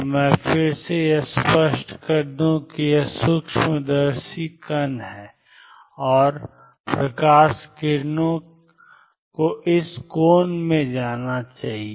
तो मैं फिर से यह स्पष्ट कर दूं कि यह सूक्ष्मदर्शी है यह कण है और प्रकाश किरणों को इस कोण में जाना चाहिए